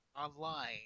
online